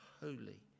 holy